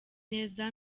neza